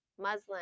Muslin